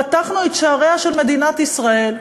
פתחנו את שעריה של מדינת ישראל,